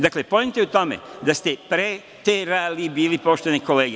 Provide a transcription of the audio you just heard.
Dakle, poenta je u tome da ste preterali bili, poštovane kolege.